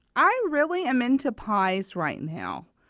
i really am into pies right now.